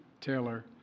Taylor